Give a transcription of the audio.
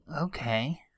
Okay